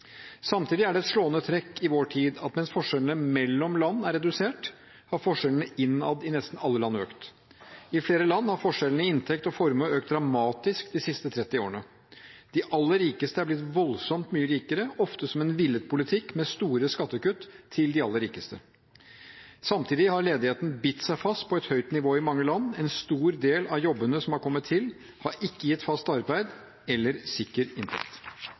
Samtidig er det et slående trekk i vår tid at mens forskjellene mellom land er redusert, har forskjellene innad i nesten alle land økt. I flere land har forskjellene i inntekt og formue økt dramatisk de siste 30 årene. De aller rikeste er blitt voldsomt mye rikere, oftest med en villet politikk med store skattekutt til de aller rikeste. Samtidig har ledigheten bitt seg fast på et høyt nivå i mange land. En stor del av jobbene som har kommet til, har ikke gitt fast arbeid eller sikker inntekt.